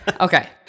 Okay